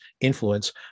influence